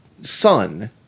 son